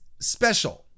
special